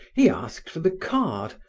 he asked for the card,